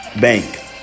Bank